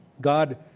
God